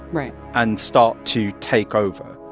right. and start to take over.